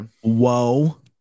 Whoa